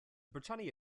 britannia